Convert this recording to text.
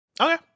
Okay